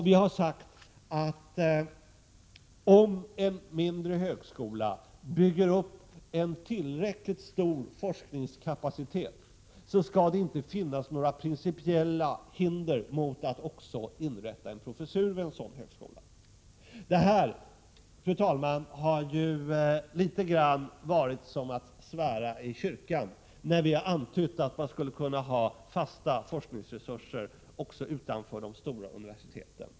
Vi har sagt att om en mindre högskola bygger upp en tillräckligt stor forskningskapacitet, skall det inte finnas några principiella hinder mot att också inrätta en professur vid en sådan högskola. Det har, fru talman, nästan varit som att svära i kyrkan när vi har antytt att man skulle kunna ha fasta forskningsresurser även utanför de stora universi teten.